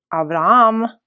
Abraham